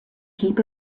heap